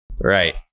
Right